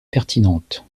pertinente